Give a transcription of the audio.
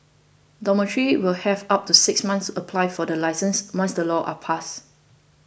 dormitories will have up to six months apply for the licence once the laws are passed